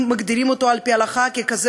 אם מגדירים אותו על-פי ההלכה ככזה